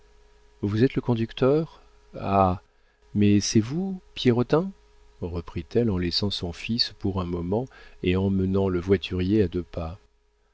vous êtes le conducteur ah mais c'est vous pierrotin reprit-elle en laissant son fils pour un moment et emmenant le voiturier à deux pas